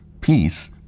Peace